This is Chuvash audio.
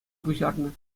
пуҫарнӑ